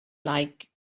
like